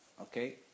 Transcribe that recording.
Okay